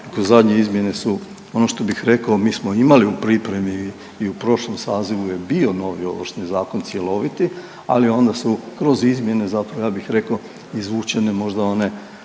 Zadnje izmjene su, ono što bih rekao mi smo imali u pripremi i u prošlom sazivu je bio novi Ovršni zakon cjeloviti, ali onda su kroz izmjene zapravo ja bih rekao izvučene možda one,